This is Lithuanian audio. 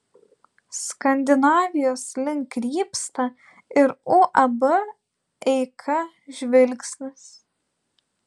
skandinavijos link krypsta ir uab eika žvilgsnis